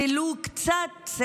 ולו קצת,